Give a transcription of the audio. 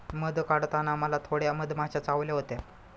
मध काढताना मला थोड्या मधमाश्या चावल्या होत्या